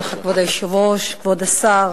כבוד היושב-ראש, תודה לך, כבוד השר,